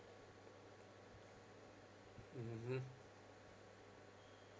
mmhmm mm